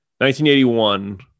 1981